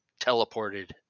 teleported